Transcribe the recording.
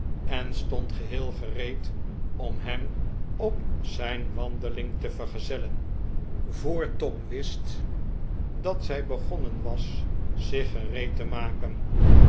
en stond geheel gereed om hem op zijn wandeling te vergezellen voor tom wist dat zij begonnen was zich gereed te maken